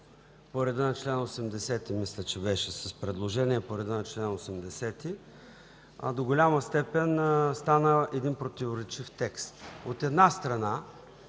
сглобен ад хок, мисля, че беше с предложение по реда на чл. 80, до голяма степен стана един противоречив текст. От една страна,